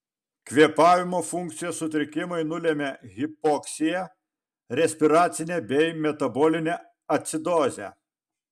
kvėpavimo funkcijos sutrikimai nulemia hipoksiją respiracinę bei metabolinę acidozę